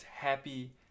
happy